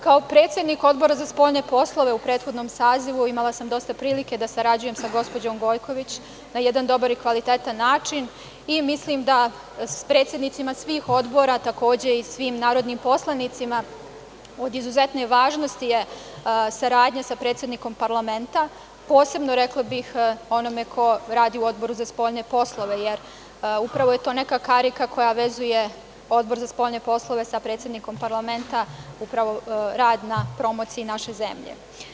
Kao predsednik Odbora za spoljne poslove u prethodnom sazivu imala sam dosta prilike da sarađujem sa gospođom Gojković, na jedan dobar i kvalitetan način i mislim da s predsednicima svih odbora takođe i svim narodnim poslanicima od izuzetne važnosti je saradnja sa predsednikom parlamenta, posebno rekla bih, onome ko radi u Odboru za spoljne poslove, jer upravo je to neka karika koja vezuje Odbor za spoljne poslove sa predsednikom parlamenta upravo rad na promociji naše zemlje.